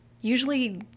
usually